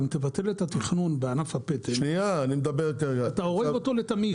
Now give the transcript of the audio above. אם תבטל את התכנון בענף הפטם אתה הורג אותו לתמיד.